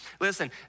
Listen